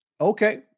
okay